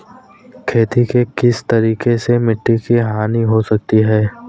खेती के किस तरीके से मिट्टी की हानि हो सकती है?